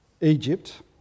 Egypt